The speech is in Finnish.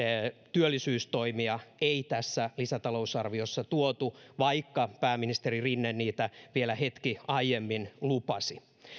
työllisyystoimia ei tässä lisätalousarviossa tuotu vaikka pääministeri rinne niitä vielä hetki aiemmin lupasi